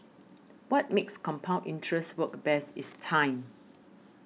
what makes compound interest work best is time